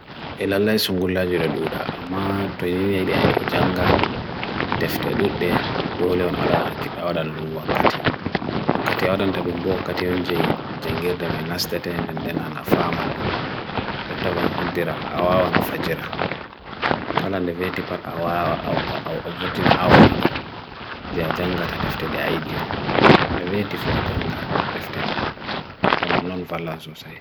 elalai sungulajire dooda, amatwezee niye dey janga deftere dute, dholewan awadana rungwa kati. Makati awadana tagumbu wa kati o'njie jengirda man nasdeh tehne nde na na farmandum. So tawain hudera awawan fragira. Kalan deveeti pat awawa awa awa awa awa awa awa awa awa awa awa didi. Jya janga ta deftere dea aidion. Deveeti foa janga deftere man. Tawana non fa la so saye.